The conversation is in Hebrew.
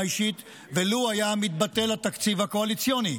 אישית ולו היה מתבטל התקציב הקואליציוני.